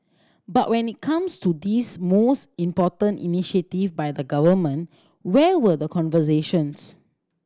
but when it comes to this most important initiative by the Government where were the conversations